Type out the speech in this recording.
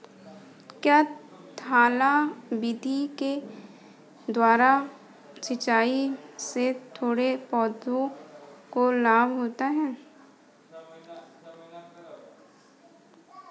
क्या थाला विधि के द्वारा सिंचाई से छोटे पौधों को लाभ होता है?